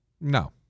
No